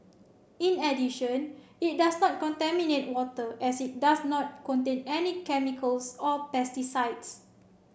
in addition it does not contaminate water as it does not contain any chemicals or pesticides